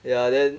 ya then